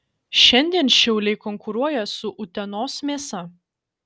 šiandien šiauliai konkuruoja su utenos mėsa